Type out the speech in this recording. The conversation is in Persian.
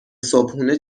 صبحونه